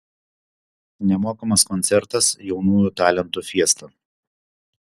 nemokamas koncertas jaunųjų talentų fiesta